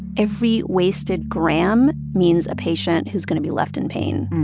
every wasted gram means a patient who's going to be left in pain